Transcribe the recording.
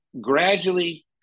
gradually